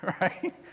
Right